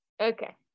Okay